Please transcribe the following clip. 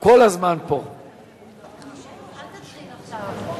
כל הזמן נמצא פה.